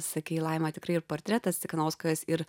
sakei laima tikrai ir portretas cichanouskajos ir